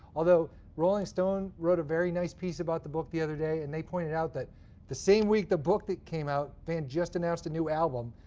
although rolling stone wrote a very nice piece about the book the other day, and they pointed out that the same week the book came came out, van just announced a new album.